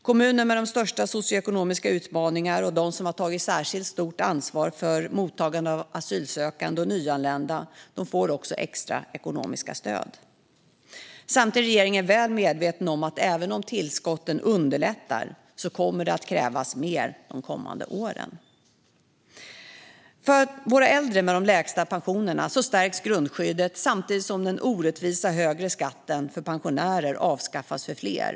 Kommuner med de största socioekonomiska utmaningarna och de som har tagit ett särskilt stort ansvar för mottagande av asylsökande och nyanlända får också extra ekonomiska stöd. Samtidigt är regeringen väl medveten om att även om tillskotten underlättar kommer det att krävas mer de kommande åren. För våra äldre med de lägsta pensionerna stärks grundskyddet, samtidigt som den orättvisa högre skatten för pensionärer avskaffas för fler.